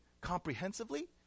comprehensively